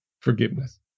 forgiveness